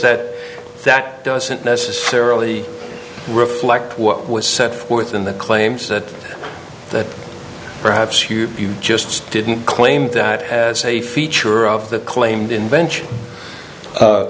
that that doesn't necessarily reflect what was set forth in the claims that that perhaps you just didn't claim that as a feature of the claimed invention